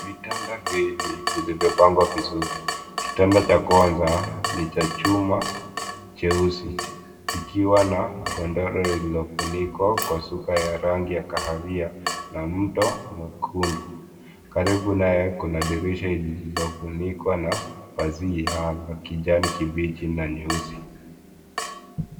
Vitanda vye vilivyopangwa vizuri. Kitanda cha kwanza, ni chachuma cheusi kikiwa na godoro lililofunikwa kwa suka ya rangi ya kahawia na mto mwekundu. Karibu nayo kuna dirisha lililofunikwa na pazia la kijani kibichi na nyeusi.